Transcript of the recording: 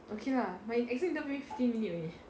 okay lah my exit interview fifteen minutes only